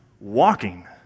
walking